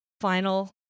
final